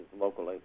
locally